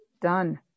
done